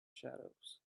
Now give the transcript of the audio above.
shadows